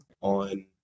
on